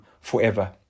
forever